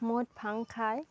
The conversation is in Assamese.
মদ ভাং খায়